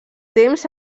temps